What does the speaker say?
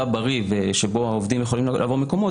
בריא שבו העובדים יכולים לעבור מקומות,